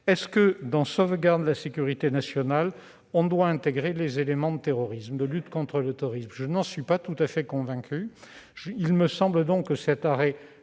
Cependant, dans la sauvegarde de la sécurité nationale, doit-on y intégrer les éléments de lutte contre le terrorisme ? Je n'en suis pas tout à fait convaincu. Il me semble donc que cet arrêt